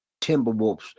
Timberwolves